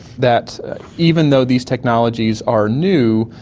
that even though these technologies are new,